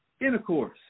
intercourse